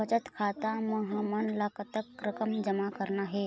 बचत खाता म हमन ला कतक रकम जमा करना हे?